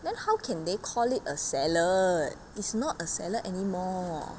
then how can they call it a salad it's not a salad anymore